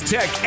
Tech